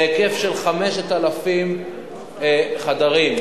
בהיקף של 5,000 חדרים,